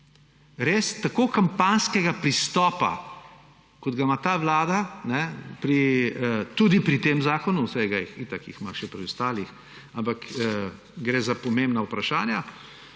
Res, tako kampanjskega pristopa, kot ga ima ta vlada tudi pri tem zakonu, itak ga ima še pri ostalih, ampak gre za pomembna vprašanja,